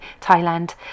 Thailand